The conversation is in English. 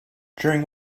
during